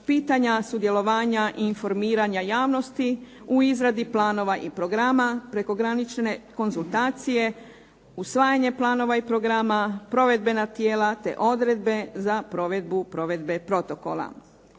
pitanja sudjelovanja i informiranja javnosti u izradi planova i programa, prekogranične konzultacije, usvajanje planova i programa, provedbena tijela te odredbe za provedbu provedbe protokola.